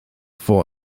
vor